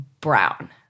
brown